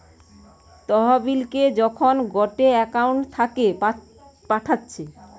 তহবিলকে যখন গটে একউন্ট থাকে পাঠাচ্ছে